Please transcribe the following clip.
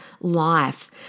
life